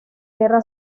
guerra